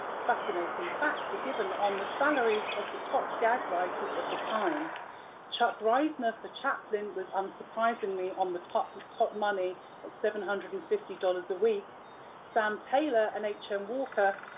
fascinating facts are given on the salaries of the top gag-writers of the time chuck reisner for chaplin was, unsurprisingly, on the top top money at seven hundred and fifty dollars a week sam taylor and h m. walker,